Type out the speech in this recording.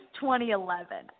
2011